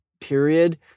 period